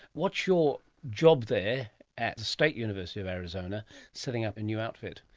what's your job there at the state university of arizona setting up a new outfit?